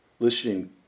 Listening